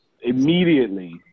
Immediately